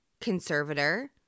conservator